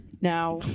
Now